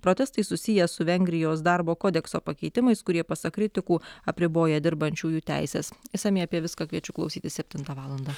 protestai susiję su vengrijos darbo kodekso pakeitimais kurie pasak kritikų apriboja dirbančiųjų teises išsamiai apie viską kviečiu klausytis septintą valandą